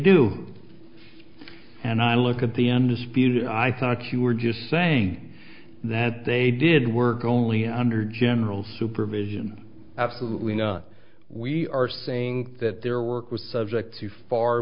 do and i look at the end dispute and i thought you were just saying that they did work only under general supervision absolutely no we are saying that their work was subject to far